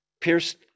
pierced